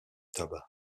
tabac